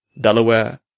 Delaware